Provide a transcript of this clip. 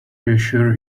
reassure